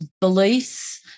beliefs